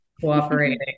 cooperating